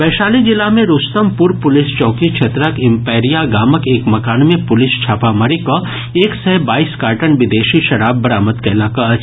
वैशाली जिला मे रूस्तमपुर पुलिस चौकी क्षेत्रक इम्पैरिया गामक एक मकान मे पुलिस छापामारी कऽ एक सय बाईस कार्टन विदेशी शराब बरामद कयलक अछि